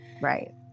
right